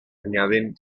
añaden